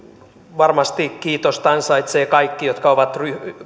varmasti kiitosta ansaitsevat kaikki jotka ovat